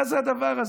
מה זה הדבר הזה?